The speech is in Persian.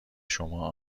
شما